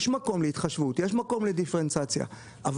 יש מקום להתחשבות ולדיפרנציאציה אבל